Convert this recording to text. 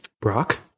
Brock